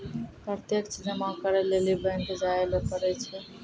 प्रत्यक्ष जमा करै लेली बैंक जायल पड़ै छै